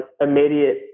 immediate